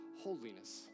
holiness